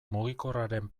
mugikorraren